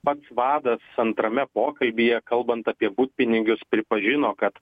pats vadas antrame pokalbyje kalbant apie butpinigius pripažino kad